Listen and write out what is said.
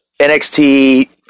NXT